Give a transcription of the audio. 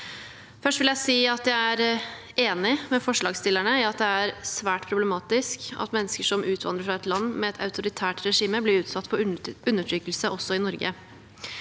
jeg er enig med forslagsstillerne i at det er svært problematisk at mennesker som utvandrer fra et land med et autoritært regime, blir utsatt for undertrykkelse også i Norge.